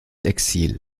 exil